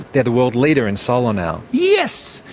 they're the world leader in solar now. yes!